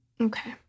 Okay